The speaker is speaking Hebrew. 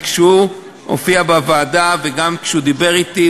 וכשהוא הופיע בוועדה וגם כשהוא דיבר אתי,